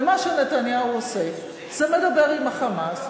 ומה שנתניהו עושה זה מדבר עם ה"חמאס",